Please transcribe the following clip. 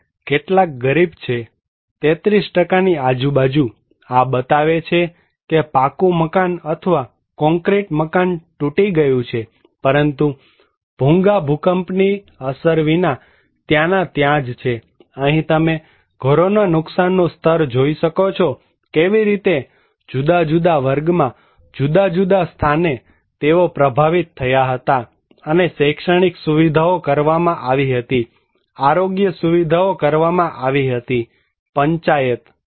અને કેટલાક ગરીબ છે 33ની આજુબાજુ આ બતાવે છે કે પાકું મકાન અથવા કોન્ક્રીટ મકાન તૂટી ગયું છે પરંતુ ભૂંગા ભૂકંપની અસર વિના ત્યાંના ત્યાં જ છે અહીં તમે ઘરોના નુકસાનનું સ્તર જોઈ શકો છો કેવી રીતે જુદા જુદા વર્ગમાં જુદા જુદા સ્થાને તેઓ પ્રભાવિત થયા હતા અને શૈક્ષણિક સુવિધાઓ કરવામાં આવી હતી આરોગ્ય સુવિધાઓ કરવામાં આવી હતી પંચાયત